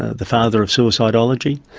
the father of suicidology,